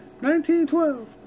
1912